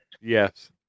Yes